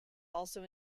also